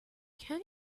can